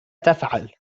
تفعل